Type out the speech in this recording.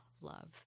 love